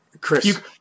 Chris